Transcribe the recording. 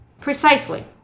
Precisely